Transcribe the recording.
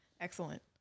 Excellent